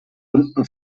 unten